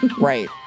Right